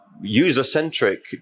user-centric